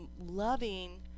loving